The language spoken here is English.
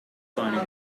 dining